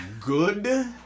good